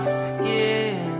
skin